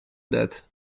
that